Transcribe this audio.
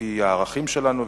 על-פי הערכים שלנו,